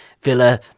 Villa